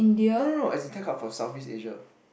no no no as in tech hub for Southeast Asia